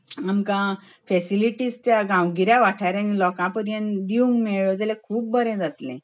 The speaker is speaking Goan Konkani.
आमकां फेसिलिटीज त्या गांवगिऱ्या वाठारांनी लोका पर्यंत दिवंक मेळळ्यो जाल्यार खूब बरें जातलें